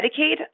Medicaid